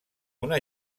una